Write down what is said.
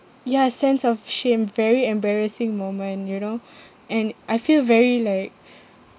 ya sense of shame very embarrassing moment you know and I feel very like